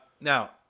Now